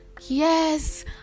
yes